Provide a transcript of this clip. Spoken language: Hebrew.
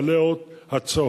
בעלי האות הצהוב,